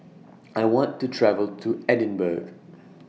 I want to travel to Edinburgh